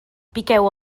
piqueu